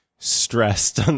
stressed